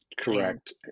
Correct